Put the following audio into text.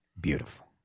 Beautiful